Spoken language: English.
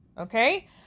Okay